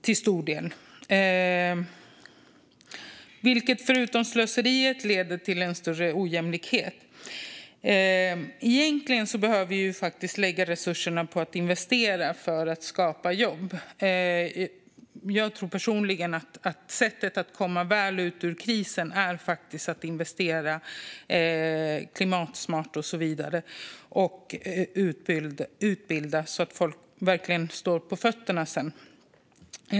Förutom slöseriet leder det också till en större ojämlikhet. Egentligen behöver vi lägga resurserna på att investera för att skapa jobb. Jag tror personligen på att komma väl ur krisen genom att investera klimatsmart och så vidare och genom att utbilda så att folk sedan verkligen står på fötterna.